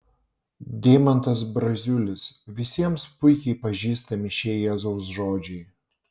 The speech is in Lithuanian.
deimantas braziulis visiems puikiai pažįstami šie jėzaus žodžiai